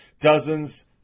Dozens